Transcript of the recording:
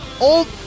Old